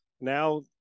now